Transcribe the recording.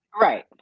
right